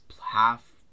half